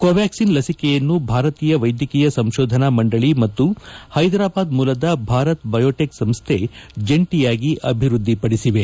Covaxin ಲಸಿಕೆಯನ್ನು ಭಾರತೀಯ ವೈದ್ಯಕೀಯ ಸಂಶೋಧನಾ ಮಂಡಳಿ ಮತ್ತು ಹೈದರಾಬಾದ್ ಮೂಲದ ಭಾರತ್ ಬಯೋಟೆಕ್ ಸಂಸ್ನೆ ಜಂಟಿಯಾಗಿ ಅಭಿವೃದ್ಧಿಪಡಿಸಿದೆ